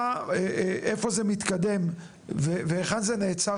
איפה זה מתקדם והיכן זה נעצר,